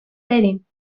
بریم